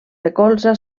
recolza